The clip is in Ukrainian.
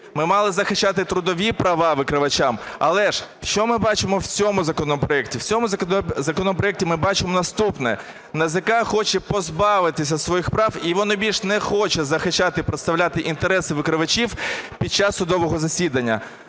ми мали захищати трудові права викривачів. Але ж що ми бачимо в цьому законопроекті? В цьому законопроекті ми бачимо наступне: НАЗК хоче позбавитися своїх прав і воно більше не хоче захищати і представляти інтереси викривачів під час судового засідання.